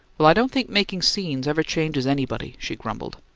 well, i don't think making scenes ever changes anybody, she grumbled.